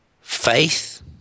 faith